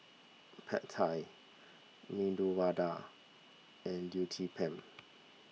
Pad Thai Medu Vada and Uthapam